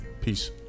peace